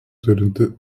turinti